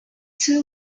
too